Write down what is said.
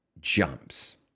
jumps